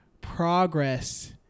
progress